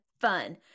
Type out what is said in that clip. fun